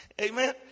Amen